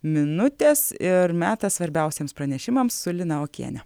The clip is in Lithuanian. minutės ir metas svarbiausiems pranešimams su lina okiene